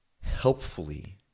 helpfully